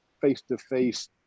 face-to-face